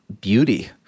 beauty